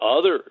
others